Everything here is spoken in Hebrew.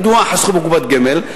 מדוע חסכו בקופת גמל?